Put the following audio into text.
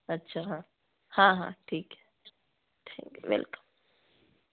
अच्छा हाँ हाँ ठीक है ठीक है वेलकम